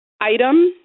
item